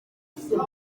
bimwe